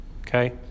Okay